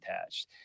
attached